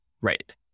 right